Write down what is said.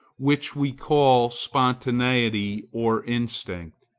which we call spontaneity or instinct.